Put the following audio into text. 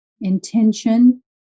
intention